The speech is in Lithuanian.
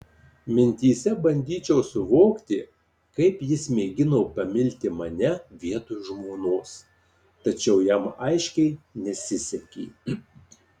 mintyse bandyčiau suvokti kaip jis mėgino pamilti mane vietoj žmonos tačiau jam aiškiai nesisekė